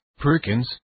Perkins